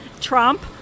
Trump